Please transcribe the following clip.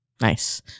nice